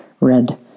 red